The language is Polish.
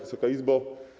Wysoka Izbo!